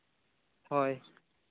ᱦᱳᱭ